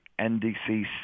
NDC